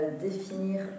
définir